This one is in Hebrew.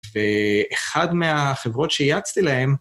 אחד מהחברות שייעצתי להן...